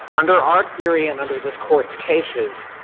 under our theory and under this court's cases,